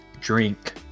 drink